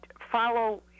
follow